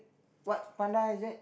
what panda is that